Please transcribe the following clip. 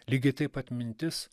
lygiai taip atmintis